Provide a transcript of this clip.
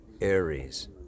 Aries